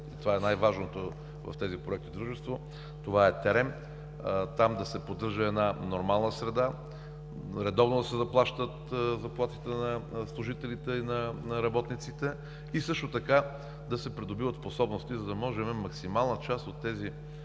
това е най-важното в тези проекти на дружествата – да се поддържа една нормална среда, редовно да се заплащат заплатите на служителите и на работниците, също така да се придобиват способности, за да може максимална част от тези